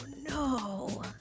no